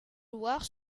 loire